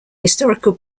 historical